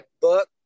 book